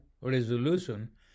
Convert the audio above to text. resolution